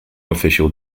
official